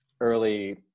early